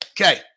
Okay